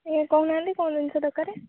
ଆଜ୍ଞା କହୁ ନାହାନ୍ତି କ'ଣ ଜିନିଷ ଦରକାର